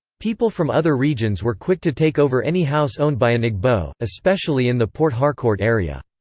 people from other regions were quick to take over any house owned by an igbo, especially in the port harcourt area.